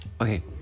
Okay